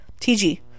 tg